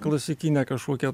klasikinę kažkokią